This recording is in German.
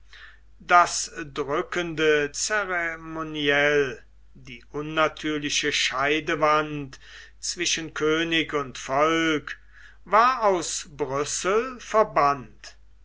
das drückende ceremoniell die unnatürliche scheidewand zwischen könig und volk war aus brüssel verbannt